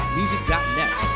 music.net